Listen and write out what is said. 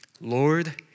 Lord